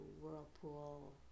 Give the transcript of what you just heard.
whirlpool